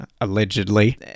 allegedly